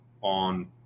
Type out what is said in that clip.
on